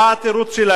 מה התירוץ שלהם?